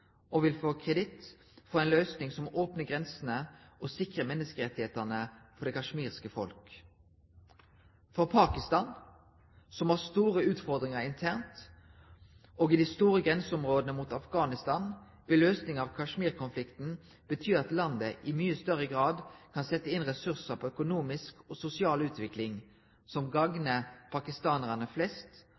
og vil få kreditt for en løsning som åpner grensene og sikrer menneskerettighetene for det kasjmirske folk. For Pakistan – som har store utfordringer internt og i de store grenseområdene mot Afghanistan – vil løsning av Kashmir-konflikten bety at landet i mye større grad kan sette inn ressurser på økonomisk og sosial utvikling som gagner pakistanerne flest